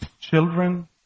children